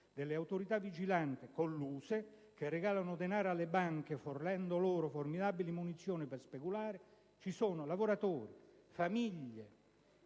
delle autorità vigilanti colluse, che regalano denaro alle banche fornendo loro formidabili munizioni per speculare, a perderci sono stati i lavoratori, le famiglie